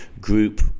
group